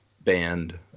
band